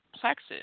plexus